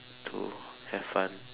to have fun